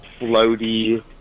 floaty